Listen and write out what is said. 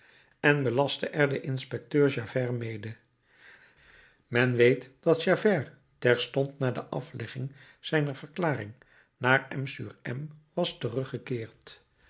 en belastte er den inspecteur javert mede men weet dat javert terstond na de aflegging zijner verklaring naar m sur m was teruggekeerd